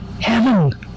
heaven